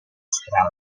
strana